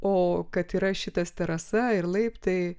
o kad yra šitas terasa ir laiptai